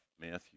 Matthew